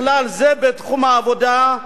בכלל זה בתחום העבודה,